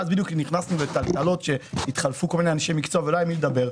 ואז נכנסנו לטלטלות שהתחלפו כל מיני אנשי מקצוע ולא היה עם מי לדבר.